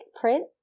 print